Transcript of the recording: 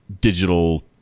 digital